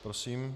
Prosím.